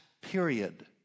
period